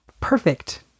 perfect